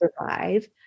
survive